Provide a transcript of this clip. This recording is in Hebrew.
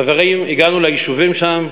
חברים, הגענו ליישובים שם,